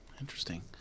Interesting